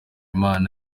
imana